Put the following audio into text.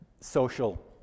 social